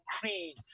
Creed